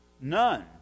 None